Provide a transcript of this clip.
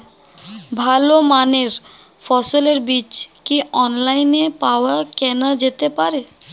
ভালো মানের ফসলের বীজ কি অনলাইনে পাওয়া কেনা যেতে পারে?